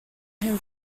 him